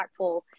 impactful